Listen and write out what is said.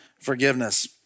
forgiveness